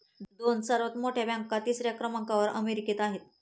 दोन सर्वात मोठ्या बँका तिसऱ्या क्रमांकावर अमेरिकेत आहेत